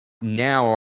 Now